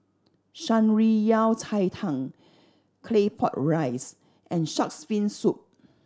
Shan Rui Yao Cai Tang Claypot Rice and Shark's Fin Soup